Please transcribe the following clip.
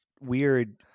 weird